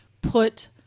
Put